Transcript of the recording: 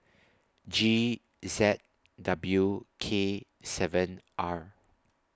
G Z W K seven R